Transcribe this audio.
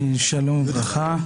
שלום וברכה,